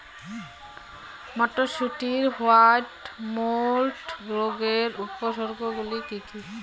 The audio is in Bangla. মটরশুটির হোয়াইট মোল্ড রোগের উপসর্গগুলি কী কী?